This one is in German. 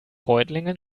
reutlingen